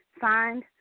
Signed